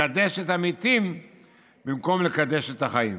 לקדש את המתים במקום לקדש את החיים.